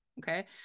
Okay